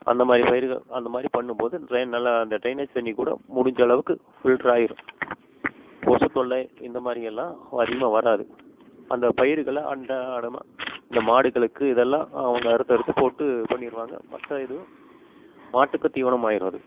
அந்த மாதிரி பயிருகள் அந்த மாதிரி பண்ணும் போது டிரைன் நல்லா அந்த டிரைனேஜ் தண்ணிக்கூட முடிஞ்சளவுக்கு ஃபில்ட்ராயிடும் கொசுத் தொல்லை இந்த மாரியெல்லாம் அதிகமாக வராது அந்த பயிருகளை அன்றாடமாக இந்த மாடுகளுக்கு இதெல்லாம் அவங்க அறுத்தறத்து போட்டு பண்ணிடுவாங்க மற்ற இதுவும் மாட்டுக்கும் தீவனமாயிடும் அது